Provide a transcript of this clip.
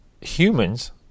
humans